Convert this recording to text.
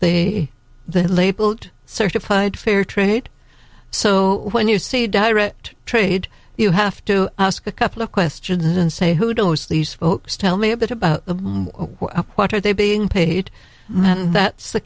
the they labeled certified fair trade so when you see a direct trade you have to ask a couple of questions and say who don't mislead folks tell me a bit about what are they being paid and that's the